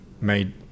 made